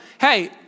hey